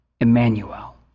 Emmanuel